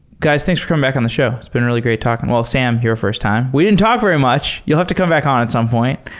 guys, thanks for coming back on the show. it's been really great talking. well, sam, you're a first time. we didn't talk very much. you'll have to come back on at some point.